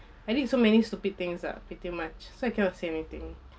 I did so many stupid things lah pretty much so I cannot say anything